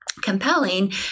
compelling